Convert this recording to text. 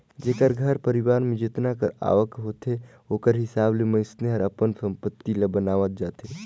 जेकर घर परिवार में जेतना कर आवक होथे ओकर हिसाब ले मइनसे हर अपन संपत्ति ल बनावत जाथे